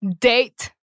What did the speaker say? Date